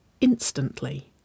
instantly